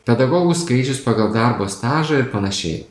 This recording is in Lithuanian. pedagogų skaičius pagal darbo stažą ir panašiai